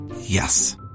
Yes